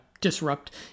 disrupt